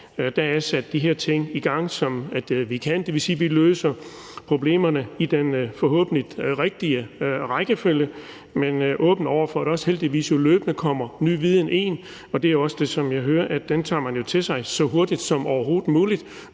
Der er sat de ting i gang, som vi kan. Det vil sige, at vi løser problemerne i den forhåbentlig rigtige rækkefølge, men vi er åbne for over for, at der jo heldigvis løbende indkommer ny viden. Det hører jeg også at man tager til sig så hurtigt som overhovedet muligt,